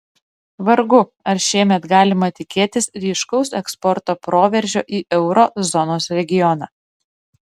vargu ar šiemet galima tikėtis ryškaus eksporto proveržio į euro zonos regioną